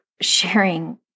sharing